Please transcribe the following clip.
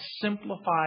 simplify